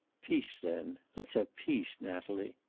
peace, then. let's have peace, natalie.